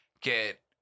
get